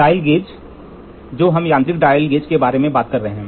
dial gauge जो अब हम यांत्रिक कंपैरेटर के बारे में बात कर रहे हैं